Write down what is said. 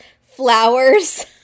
flowers